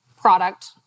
product